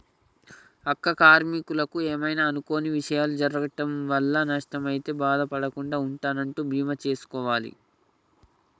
అక్క కార్మీకులకు ఏమైనా అనుకొని విషయాలు జరగటం వల్ల నష్టం అయితే బాధ పడకుండా ఉందనంటా బీమా సేసుకోవాలి